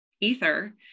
ether